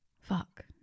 fuck